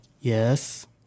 yes